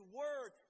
word